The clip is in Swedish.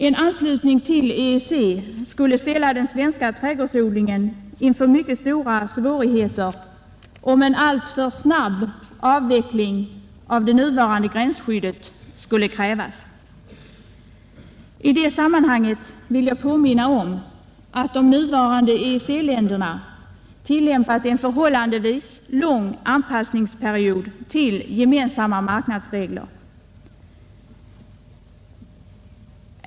En anslutning till EEC skulle ställa den svenska trädgårdsodlingen inför mycket stora svårigheter, om en alltför snabb avveckling av det nuvarande gränsskyddet skulle krävas. I detta sammanhang vill jag påminna om att de nuvarande EEC-länderna tillämpar en förhållandevis lång anpassningsperiod till gemensamma marknadsregler.